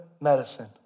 medicine